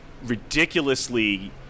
ridiculously